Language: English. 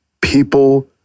people